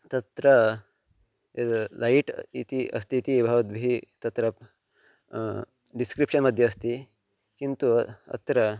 तत्र यद् लैट् इति अस्ति इति भवद्भिः तत्र डिस्क्रिप्शन् मध्ये अस्ति किन्तु अत्र